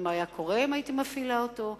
מה היה קורה אם הייתי מפעילה אותו,